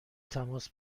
تماس